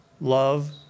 love